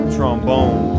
Trombone